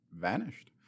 vanished